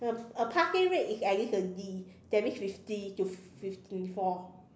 a a passing rate is at least a D that means fifty to fifty four